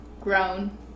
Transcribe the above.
grown